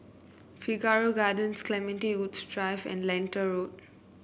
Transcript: Figaro Gardens Clementi Woods Drive and Lentor Road